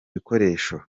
bikoresho